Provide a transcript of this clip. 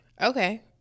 Okay